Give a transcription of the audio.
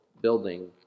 building